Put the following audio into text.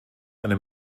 eine